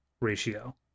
ratio